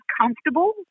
comfortable